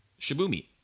Shibumi